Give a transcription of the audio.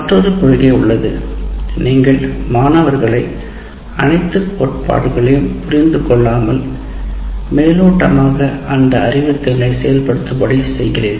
மற்றொரு கொள்கை உள்ளது நீங்கள் மாணவர்களை அனைத்துக் கோட்பாடுகளையும் புரிந்து கொள்ளாமல் மேலோட்டமாக அந்த அறிவுத்திறனை செயல்படுத்தும்படி செய்கிறீர்கள்